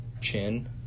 chin